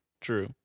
True